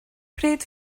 pryd